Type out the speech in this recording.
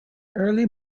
early